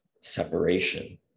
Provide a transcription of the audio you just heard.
separation